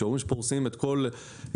כשאומרים שפורסים את כל ראשון,